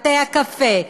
בתי-הקפה,